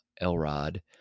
Elrod